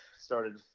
started